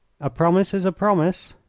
a promise is a promise.